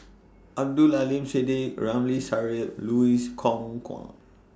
Abdul Aleem Siddique Ramli Sarip Louis Kok Kwang